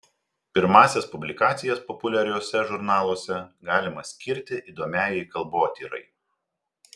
pirmąsias publikacijas populiariuose žurnaluose galima skirti įdomiajai kalbotyrai